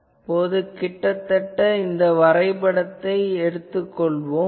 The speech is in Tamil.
இப்போது கிட்டத்தட்ட இந்த வரைபடத்தைக் கண்டுள்ளோம்